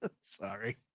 Sorry